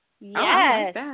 Yes